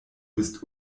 bist